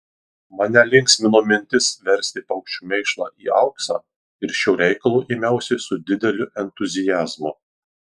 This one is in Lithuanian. mane linksmino mintis versti paukščių mėšlą į auksą ir šio reikalo ėmiausi su dideliu entuziazmu